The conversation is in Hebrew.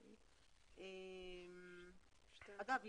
אגב,